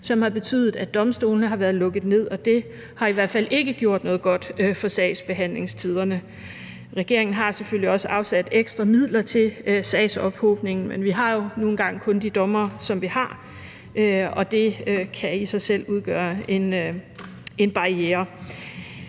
som har betydet, at domstolene har været lukket ned, og det har i hvert fald ikke gjort noget godt for sagsbehandlingstiderne. Regeringen har selvfølgelig også afsat ekstra midler til sagsophobningen, men vi har jo nu engang kun de dommere, som vi har, og det kan i sig selv udgøre en barriere.